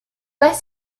pas